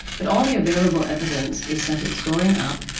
but all the available evidence is that it's going up,